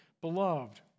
Beloved